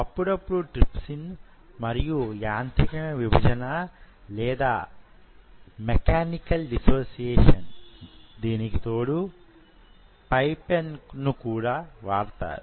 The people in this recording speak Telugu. అప్పుడప్పుడు ట్రిప్సిన్ మరియు యాంత్రికమైన విభజన దీనికి తోడు పపైన్ ను కూడా వాడతారు